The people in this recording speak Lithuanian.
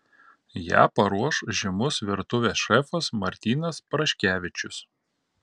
ją paruoš žymus virtuvės šefas martynas praškevičius